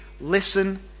listen